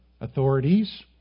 authorities